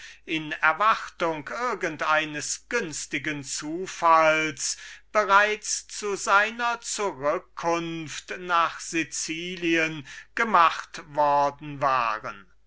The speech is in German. in erwartung irgend eines günstigen zufalls bereits zu seiner zurückkunft nach sicilien gemacht worden waren